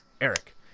Eric